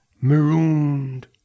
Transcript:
marooned